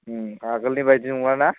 उम आगोलनि बादि नंला ना